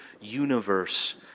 universe